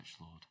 Lord